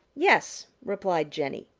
yes, replied jenny.